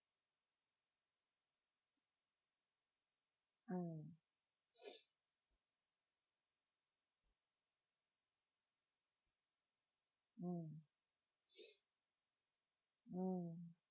mm mm mm